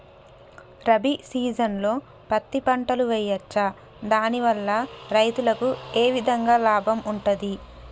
రబీ సీజన్లో పత్తి పంటలు వేయచ్చా దాని వల్ల రైతులకు ఏ విధంగా లాభం ఉంటది?